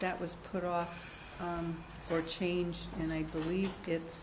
that was put off for change and i believe it's